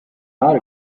hour